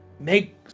Make